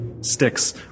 sticks